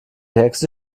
hexe